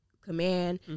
command